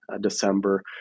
December